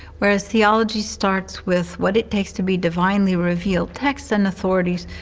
whereas theology starts with what it takes to be divinely revealed texts and authorities.